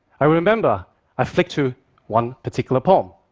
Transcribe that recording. i remember i flipped to one particular poem.